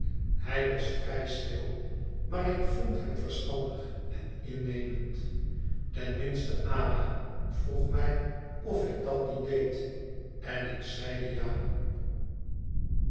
hij was vrij stil maar ik vond hem verstandig en innemend ten minste ada vroeg mij of ik dat niet deed en ik zeide ja